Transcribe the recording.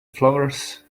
flowers